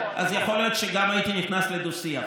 אז יכול להיות שהייתי נכנס לדו-שיח.